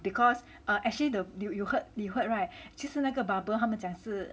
because uh actually the you you you heard you heard [right] 其实那个 bubbles 他们讲是